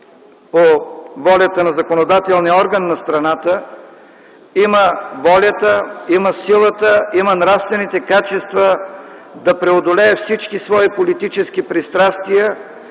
по волята на законодателния орган на страната, има волята, има силата и нравствените качества да преодолее всички свои политически пристрастия